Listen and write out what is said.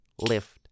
lift